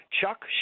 Chuck